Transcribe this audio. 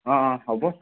অঁ অঁ হ'ব